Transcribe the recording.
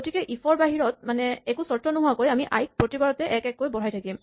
গতিকে ইফ ৰ বাহিৰত মানে একো চৰ্ত নোহোৱাকৈ আমি আই ক প্ৰতিবাৰতে এক এক কৈ বঢ়াই যাম